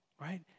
Right